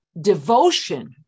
devotion